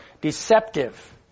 deceptive